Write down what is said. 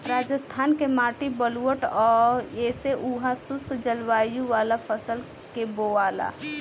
राजस्थान के माटी बलुअठ ह ऐसे उहा शुष्क जलवायु वाला फसल के बोआला